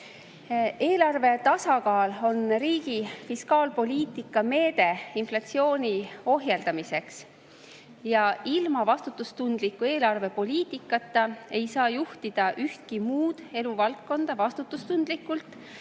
Eelarve tasakaal on riigi fiskaalpoliitika meede inflatsiooni ohjeldamiseks. Ilma vastutustundliku eelarvepoliitikata ei saa ühtki muud eluvaldkonda juhtida vastutustundlikult,